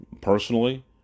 Personally